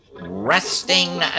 resting